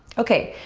okay,